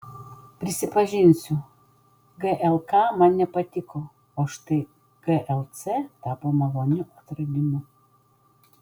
prisipažinsiu glk man nepatiko o štai glc tapo maloniu atradimu